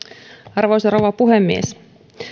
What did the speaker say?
arvoisa rouva puhemies